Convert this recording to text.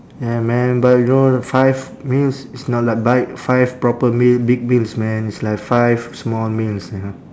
ya man but you know five meals it's not like bite five proper meal big meals man it's like five small meals you know